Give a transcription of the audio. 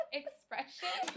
expression